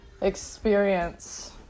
experience